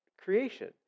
creation